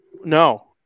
No